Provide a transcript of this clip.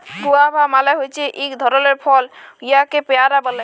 guava মালে হছে ইক ধরলের ফল উয়াকে পেয়ারা ব্যলে